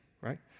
right